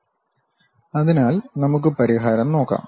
Refer Slide Time 2757 അതിനാൽ നമുക്ക് പരിഹാരം നോക്കാം